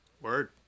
Word